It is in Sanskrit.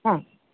हा